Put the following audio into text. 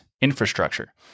infrastructure